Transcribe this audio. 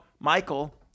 Michael